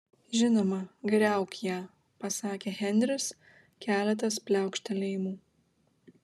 žinoma griauk ją pasakė henris keletas pliaukštelėjimų